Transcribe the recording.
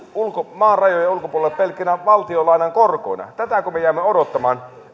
maan rajojen ulkopuolelle pelkkinä valtionlainan korkoina tätäkö me jäämme odottamaan